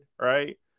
right